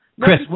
Chris